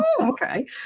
okay